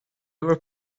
were